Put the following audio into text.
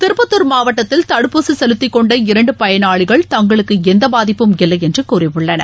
திருப்பத்தூர் மாவட்டத்தில் தடுப்பூசிசெலுத்திக்கொண்ட இரண்டுபயனாளிகள் தங்களுக்குளந்தபாதிப்பும் இல்லையென்றுகூறியுள்ளனர்